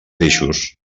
peixos